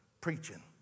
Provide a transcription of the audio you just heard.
preaching